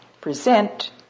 Present